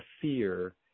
fear